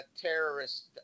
terrorist